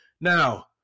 Now